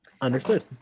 understood